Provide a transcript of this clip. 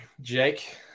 Jake